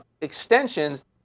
extensions